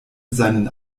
seinen